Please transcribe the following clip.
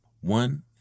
one